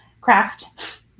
craft